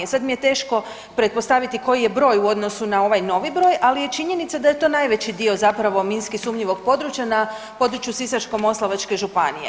Sad mi je teško pretpostaviti koji je broj u odnosu na ovaj novi broj, ali je činjenica da je to najveći dio zapravo minski sumnjivog područja na području Sisačko-moslavačke županije.